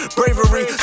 bravery